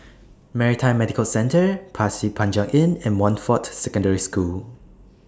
Maritime Medical Centre Pasir Panjang Inn and Montfort Secondary School